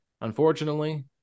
unfortunately